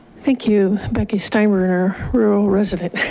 thank you, becky steinbruner rural resident,